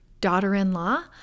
daughter-in-law